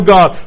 God